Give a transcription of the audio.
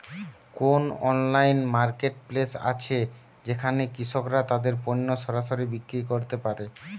কোন online marketplace আছে যেখানে কৃষকরা তাদের পণ্য সরাসরি বিক্রি করতে পারে?